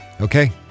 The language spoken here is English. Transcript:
Okay